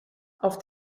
auf